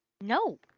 No